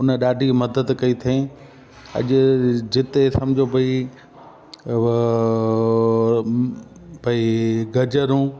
उन ॾाढी मदद कई अथईं अॼु जिते सम्झो भई भई गजरूं